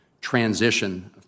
transition